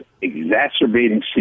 exacerbating